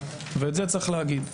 ואת זה צריך להגיד.